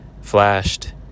flashed